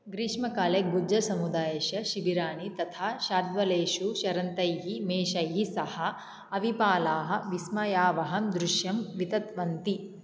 ग्रीष्मकाले गुज्जरसमुदायस्य शिबिराणि तथा शाद्वलेषु चरन्तैः मेषैः सह अविपालाः विस्मयावहं दृश्यं वितन्वन्ति